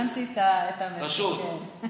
הבנתי את המסר, כן.